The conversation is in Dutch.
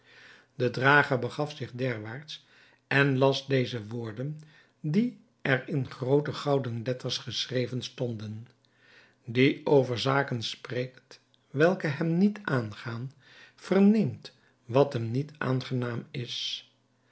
de drager begaf zich derwaarts en las deze woorden die er in groote gouden letters geschreven stonden die over zaken spreekt welke hem niet aangaan verneemt wat hem niet aangenaam is